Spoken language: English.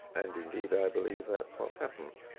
and indeed i believe that's what happens.